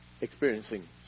experiencing